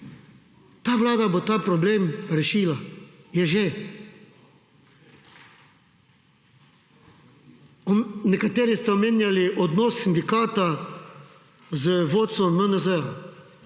Ta vlada bo ta problem rešila, je že. Nekateri ste omenjali odnos sindikata z vodstvom MNZ-ja.